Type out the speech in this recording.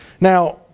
Now